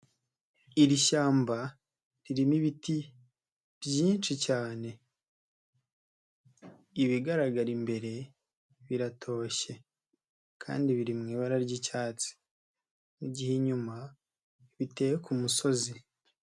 Iri shyamba ririmo ibiti byinshi cyane, ibigaragara imbere biratoshye kandi biri mu ibara ry'icyatsi mu gihe inyuma biteye ku musozi.